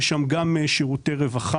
יש שם גם שירותי רווחה,